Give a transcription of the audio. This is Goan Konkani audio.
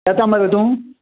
येता मरें तूं